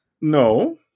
no